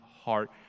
heart